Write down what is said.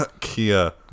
Kia